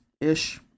ish